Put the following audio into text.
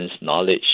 knowledge